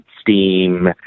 Steam